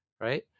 right